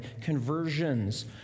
conversions